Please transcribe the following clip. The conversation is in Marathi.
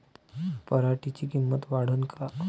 पराटीची किंमत वाढन का?